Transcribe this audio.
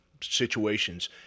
situations